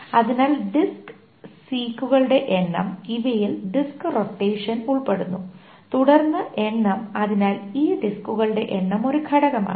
അതിനാൽ ഡിസ്ക് സീക്സുകളുടെ എണ്ണം ഇവയിൽ ഡിസ്ക് റൊട്ടേഷനും ഉൾപ്പെടുന്നു തുടർന്ന് എണ്ണം അതിനാൽ ഈ ഡിസ്കുകളുടെ എണ്ണം ഒരു ഘടകമാണ്